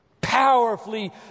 Powerfully